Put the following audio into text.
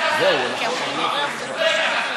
שלא התייחסת,